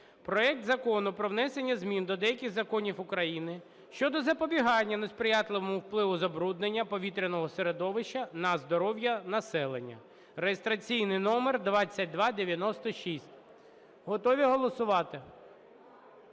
проект Закону про внесення змін до деяких законів України щодо запобігання несприятливому впливу забруднення повітряного середовища на здоров'я населення (реєстраційний номер 2296). Готові голосувати?